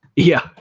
yeah,